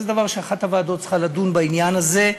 אחת הוועדות צריכה לדון בעניין הזה,